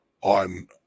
on